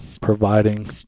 providing